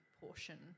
portion